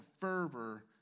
fervor